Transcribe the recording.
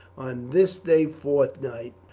on this day fortnight,